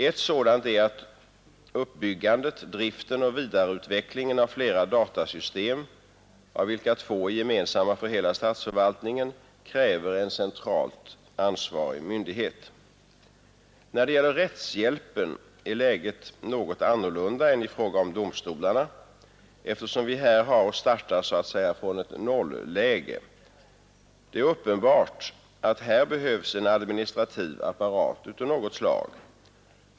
Ett sådant skäl är att uppbyggandet, driften och vidareutvecklingen av flera datasystem — av vilka två är gemensamma för hela statsförvaltningen — kräver en centralt ansvarig myndighet. När det gäller rättshjälpen är läget något annorlunda än i fråga om domstolarna, eftersom vi här har att starta så att säga från ett nolläge. Det är uppenbart att här behövs en administrativ apparat av något slag.